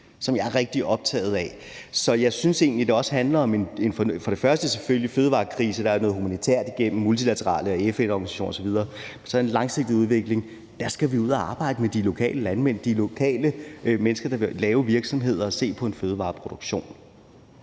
som jeg er rigtig optaget af. Så jeg synes egentlig, det først og fremmest selvfølgelig handler om en fødevarekrise – og der er noget humanitært igennem multilateralt samarbejde og FN-organisationer osv. – og så en langsigtet udvikling. Der skal vi ud at arbejde med de lokale landmænd, de lokale mennesker, der vil lave virksomheder og se på en fødevareproduktion.